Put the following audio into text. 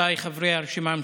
רבותיי חברי הרשימה המשותפת,